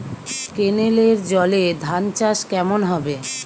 কেনেলের জলে ধানচাষ কেমন হবে?